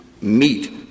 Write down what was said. meet